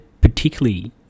particularly